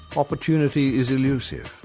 opportunity is elusive.